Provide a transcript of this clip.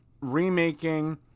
remaking